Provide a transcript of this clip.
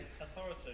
Authority